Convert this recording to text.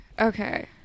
Okay